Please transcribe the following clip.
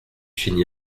fini